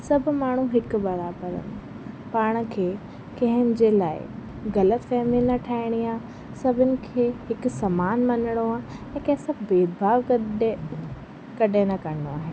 सभु माण्हू हिकु बराबरि पाण खे कंहिंजे लाइ ग़लतफ़हमी न ठाहिणी आहे सभिनि खे हिकु समान मञिणो आहे ऐं कंहिं सां भेदभाव कॾहिं कॾहिं न करिणो आहे